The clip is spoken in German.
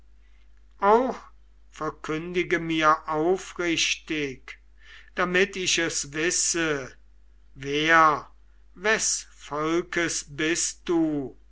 auch verkündige mir aufrichtig damit ich es wisse wer wes volkes bist du